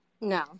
No